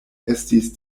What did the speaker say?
estis